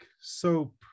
soap